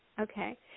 Okay